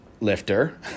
lifter